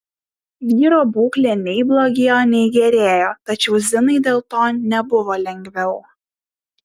vyro būklė nei blogėjo nei gerėjo tačiau zinai dėl to nebuvo lengviau